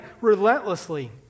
relentlessly